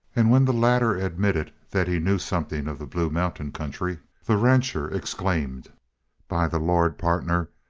and when the latter admitted that he knew something of the blue mountain country, the rancher exclaimed by the lord, partner,